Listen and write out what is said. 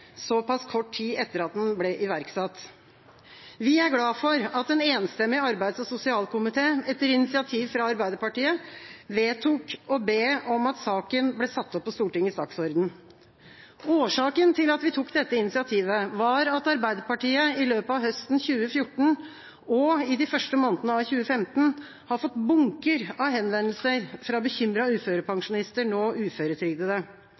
kort tid etter at den ble iverksatt. Vi er glad for at en enstemmig arbeids- og sosialkomité, etter initiativ fra Arbeiderpartiet, vedtok å be om at saken ble satt opp på Stortingets dagsorden. Årsaken til at vi tok dette initiativet, var at Arbeiderpartiet i løpet av høsten 2014 og i de første månedene av 2015 har fått bunker av henvendelser fra bekymrede uførepensjonister, nå uføretrygdede.